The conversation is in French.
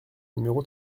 numéro